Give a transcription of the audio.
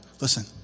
Listen